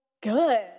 good